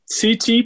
CT